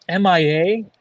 mia